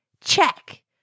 check